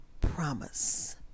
promise